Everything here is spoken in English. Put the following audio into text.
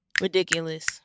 ridiculous